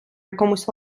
якомусь